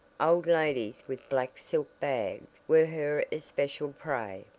old ladies with black silk bags were her especial prey,